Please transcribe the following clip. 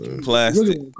Plastic